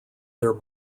their